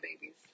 babies